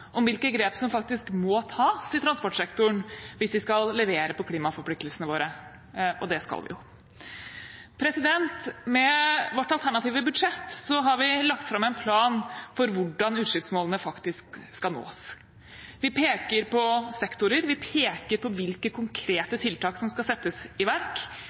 om hvilke grep som faktisk må tas i transportsektoren hvis vi skal levere på klimaforpliktelsene våre. Og det skal vi jo. Med vårt alternative budsjett har vi lagt fram en plan for hvordan utslippsmålene faktisk skal nås. Vi peker på sektorer, vi peker på hvilke konkrete tiltak som skal settes i verk,